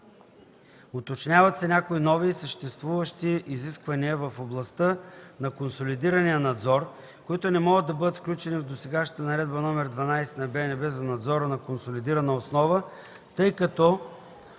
Уточняват се някои нови и съществуващи изисквания в областта на консолидирания надзор, които не могат да бъдат включени в досегашната Наредба № 12 на БНБ за надзора на консолидирана основа, тъй като